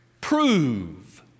prove